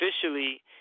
officially